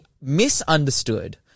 misunderstood